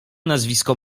nazwisko